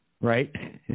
right